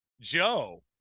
joe